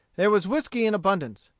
there was whiskey in abundance.